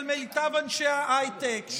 במיטב אנשי ההייטק,